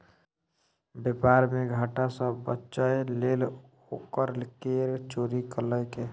बेपार मे घाटा सँ बचय लेल ओ कर केर चोरी केलकै